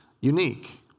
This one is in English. unique